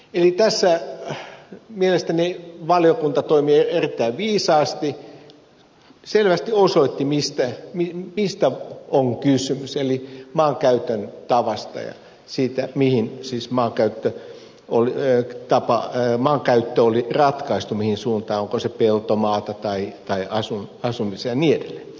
tässä mielestäni valiokunta toimi erittäin viisaasti selvästi osoitti mistä on kysymys maankäytön tavasta ja siitä mihin suuntaan siis maankäyttötapa on ratkaistu onko se peltomaata tai asumiseen tarkoitettua ja niin edelleen